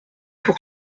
pour